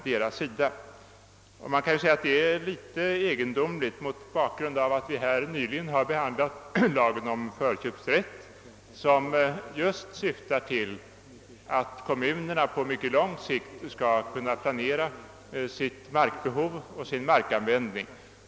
Detta förefaller litet egendomligt även mot bakgrunden av att vi nyss har behandlat lagen om förköpsrätt, som just syftar till att kommunerna på mycket lång sikt skall kunna planera sitt markbehov och sin markanvändning.